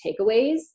takeaways